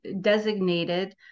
designated